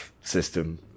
system